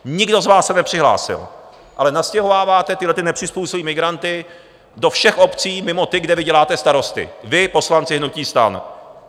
Nikdo z vás se nepřihlásil, ale nastěhováváte tyhlety nepřizpůsobivé migranty do všech obcí mimo ty, kde vy děláte starosty, vy, poslanci hnutí STAN.